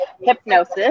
hypnosis